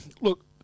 Look